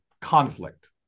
conflict